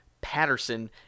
Patterson